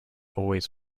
always